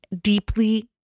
deeply